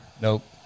Nope